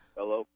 Hello